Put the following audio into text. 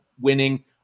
winning